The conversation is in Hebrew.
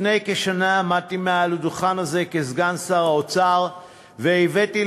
לפני כשנה עמדתי מעל הדוכן הזה כסגן שר האוצר והבאתי